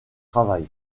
travail